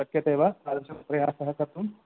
शक्यते वा तादृशं प्रयासः कर्तुं